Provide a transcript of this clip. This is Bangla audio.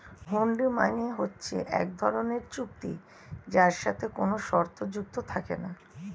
হুন্ডি মানে হচ্ছে এক ধরনের চুক্তি যার সাথে কোনো শর্ত যুক্ত থাকে না